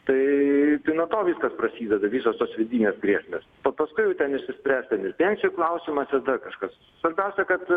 tai tai nuo to viskas prasideda visos tos vidinės grėsmės paskui jau ten išsispręs ten ir pensijų klausimas ir dar kažkas svarbiausia kad